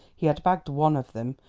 he had bagged one of them,